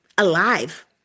alive